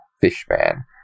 fishman